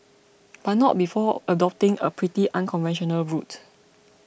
but not before adopting a pretty unconventional route